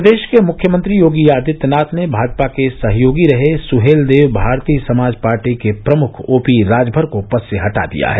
प्रदेश के मुख्यमंत्री योगी आदित्यनाथ ने भाजपा के सहयोगी रहे सुहेलदेव भारतीय समाज पार्टी के प्रमुख ओपी राजभर को पद से हटा दिया है